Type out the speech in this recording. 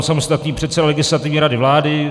Samostatný předseda Legislativní rady vlády.